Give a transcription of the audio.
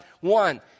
one